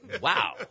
wow